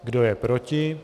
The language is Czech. Kdo je proti?